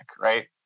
right